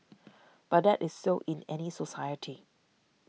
but that is so in any society